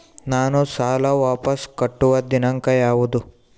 ನಾನು ಸಾಲ ವಾಪಸ್ ಕಟ್ಟುವ ದಿನಾಂಕ ಯಾವುದು?